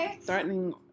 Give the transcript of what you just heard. threatening